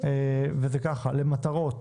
וזה ככה: למטרות